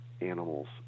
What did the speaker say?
animals